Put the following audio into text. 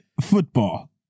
football